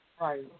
Right